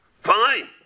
fine